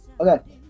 Okay